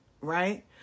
right